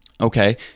Okay